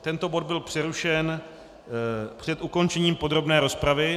Tento bod byl přerušen před ukončením podrobné rozpravy.